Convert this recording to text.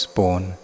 born